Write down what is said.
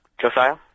Josiah